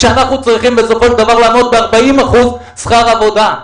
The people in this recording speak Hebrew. אנחנו צריכים בסופו של דבר לעמוד ב-40 אחוזים שכר עבודה,